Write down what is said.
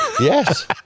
yes